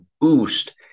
boost